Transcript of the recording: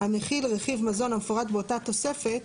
המכיל רכיב מזון המפורט באותה תוספת,